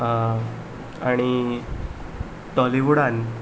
आनी टॉलिवुडान